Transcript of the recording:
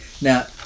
Now